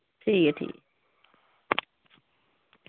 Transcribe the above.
ठीक ऐ ठीक